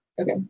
Okay